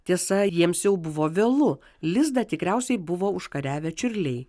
tiesa jiems jau buvo vėlu lizdą tikriausiai buvo užkariavę čiurliai